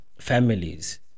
families